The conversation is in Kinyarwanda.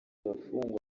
bafungwa